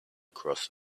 across